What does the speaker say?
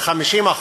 ב-50%,